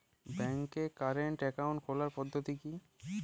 ব্যাংকে current account খোলার পদ্ধতি কি?